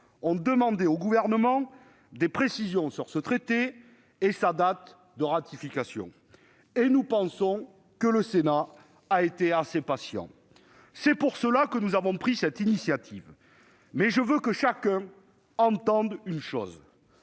ont demandé au Gouvernement des précisions sur ce traité et sa date de ratification. Nous pensons que le Sénat a été assez patient. C'est la raison pour laquelle nous avons pris cette initiative. Cela étant, je veux que chacun entende une chose